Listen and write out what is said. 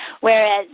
Whereas